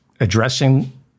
addressing